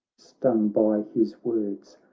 stung by his words,